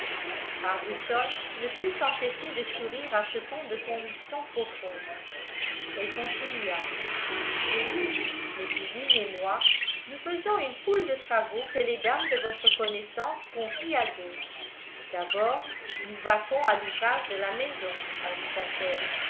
arbuton ne put s'empêcher de sourire à ce ton de conviction profonde elle continua chez nous mes cousines et moi nous faisons une foule de travaux que les dames de votre connaissance confient à d'autres d'abord nous vaquons à l'ouvrage de la maison ajouta-t-elle